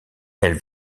elle